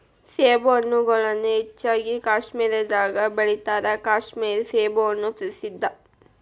ಸೇಬುಹಣ್ಣುಗಳನ್ನಾ ಹೆಚ್ಚಾಗಿ ಕಾಶ್ಮೇರದಾಗ ಬೆಳಿತಾರ ಕಾಶ್ಮೇರ ಸೇಬುಹಣ್ಣು ಪ್ರಸಿದ್ಧ